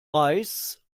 reis